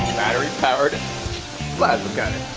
battery powered and plasma cutter.